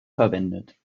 verwendet